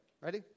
Ready